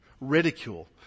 Ridicule